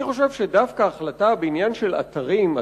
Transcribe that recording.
אני חושב שדווקא החלטה בעניין של אתרים,